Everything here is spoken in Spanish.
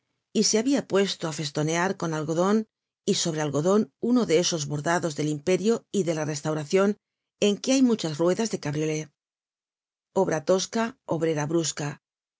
y se habia puesto á festonear con algodon y sobre algodon uno de esos bordados del imperio y de la restauracion en que hay muchas ruedas de cabriolé obra tosca obrera brusca